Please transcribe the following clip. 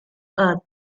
earth